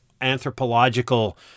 anthropological